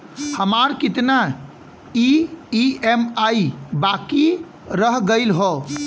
हमार कितना ई ई.एम.आई बाकी रह गइल हौ?